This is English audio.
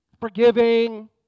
forgiving